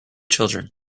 children